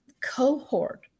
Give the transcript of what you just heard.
cohort